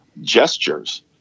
gestures